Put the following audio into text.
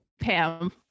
pam